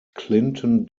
clinton